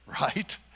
right